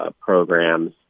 programs